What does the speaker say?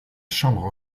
chambre